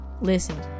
Listen